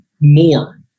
more